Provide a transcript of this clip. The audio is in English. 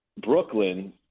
Brooklyn